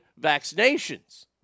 vaccinations